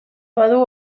badu